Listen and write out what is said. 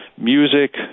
Music